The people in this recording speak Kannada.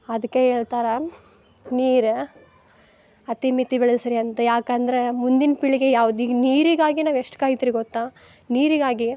ಅದಕ್ಕೆ ಹೇಳ್ತಾರೆ ನೀರು ಅತಿ ಮಿತಿ ಬಳಸ್ರಿ ಅಂತ ಯಾಕಂದ್ರೆ ಮುಂದಿನ ಪೀಳಿಗೆ ಯಾವ್ದು ಈಗ ನೀರಿಗಾಗೆ ನಾವು ಎಷ್ಟು ಕಾಯ್ತ್ರಿ ಗೊತ್ತಾ ನೀರಿಗಾಗಿ